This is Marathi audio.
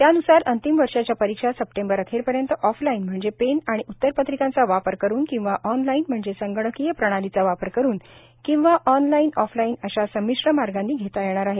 त्यानुसार अंतिम वर्षाच्या परीक्षा सप्टेंबर अखेरपर्यंत ऑफलाइन म्हणजे पेन आणि उत्तरपत्रिकांचा वापर करून किंवा ऑनलाईन म्हणजे संगणकीय प्रणालीचा वापर करून किंवा ऑनलाइन ऑफलाइन अशा संमिश्र मार्गानी घेता येणार आहेत